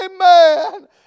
amen